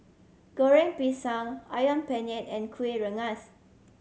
Goreng Pisang Ayam Penyet and Kueh Rengas